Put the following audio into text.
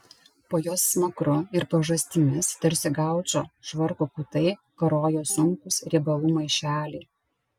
po jos smakru ir pažastimis tarsi gaučo švarko kutai karojo sunkūs riebalų maišeliai